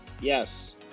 Yes